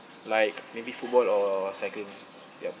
like maybe football or cycling yup